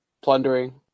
plundering